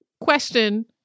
question